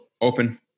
open